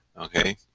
okay